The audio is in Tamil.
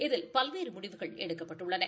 இதில் பல்வேறு முடிவுகள் எடுக்கப்பட்டுள்ளன